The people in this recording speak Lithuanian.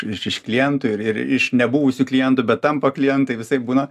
iš iš klientų ir ir iš ne buvusių klientų bet tampa klientai visaip būna